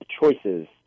choices